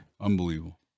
Unbelievable